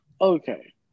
Okay